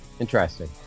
Interesting